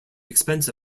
expense